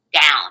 down